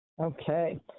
Okay